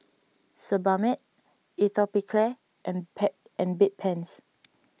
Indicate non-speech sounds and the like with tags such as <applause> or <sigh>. Sebamed Atopiclair and <unintelligible> and Bedpans